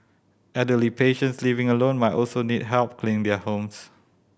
elderly patients living alone might also need help cleaning their homes